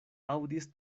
aŭdis